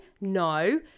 No